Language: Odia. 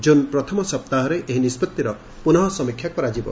ଜୁନ୍ ପ୍ରଥମ ସପ୍ତାହରେ ଏହି ନିଷ୍ବତ୍ତିର ପୁନଃ ସମୀକ୍ଷା କରାଯିବ